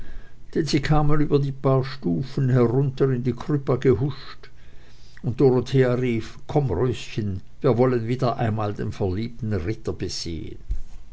denn sie kamen über die paar stufen herunter in die krypta gehuscht und dorothea rief komm röschen wir wollen wieder einmal den verliebten ritter besehen